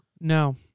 No